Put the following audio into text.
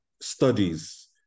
studies